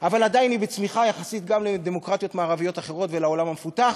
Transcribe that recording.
אבל עדיין היא בצמיחה יחסית גם לדמוקרטיות מערביות אחרות ולעולם המפותח,